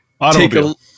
Automobile